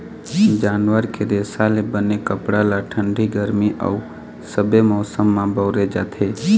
जानवर के रेसा ले बने कपड़ा ल ठंडी, गरमी अउ सबे मउसम म बउरे जाथे